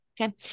Okay